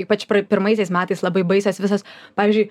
ypač pirmaisiais metais labai baisios visos pavyzdžiui